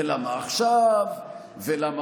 ולמה עכשיו, ולמה